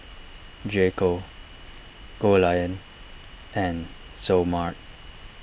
J Co Goldlion and Seoul Mart